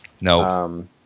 no